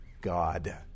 god